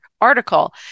article